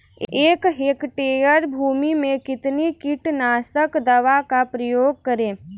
एक हेक्टेयर भूमि में कितनी कीटनाशक दवा का प्रयोग करें?